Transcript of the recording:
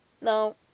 no